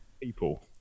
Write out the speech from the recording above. people